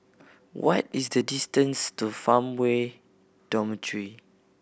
what is the distance to Farmway Dormitory